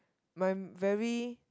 my very